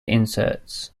inserts